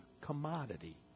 commodity